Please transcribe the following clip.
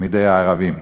מידי הערבים.